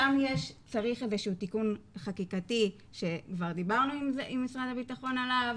שם צריך איזה שהוא תיקון חקיקתי שכבר דיברנו עם משרד הבטחון עליו,